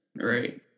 Right